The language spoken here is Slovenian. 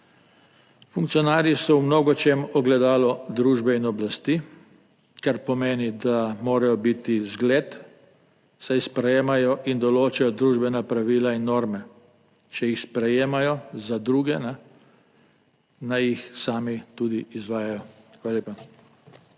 Funkcionarji so v mnogočem ogledalo družbe in oblasti, kar pomeni, da morajo biti zgled, saj sprejemajo in določajo družbena pravila in norme. Če jih sprejemajo za druge, naj jih sami tudi izvajajo. Hvala lepa.